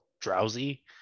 drowsy